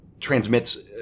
transmits